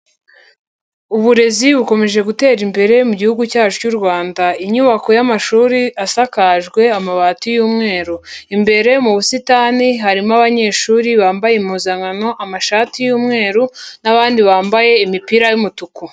Uburezi bukomeje gutera imbere mu gihugu cyacu cy'u Rwanda, inyubako y'amashuri asakajwe amabati y'umweru, imbere mu busitani harimo abanyeshuri bambaye impuzankano, amashati y'umweru n'abandi bambaye imipira y'umutuku.